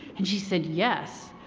and she said yes,